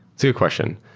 it's a good question.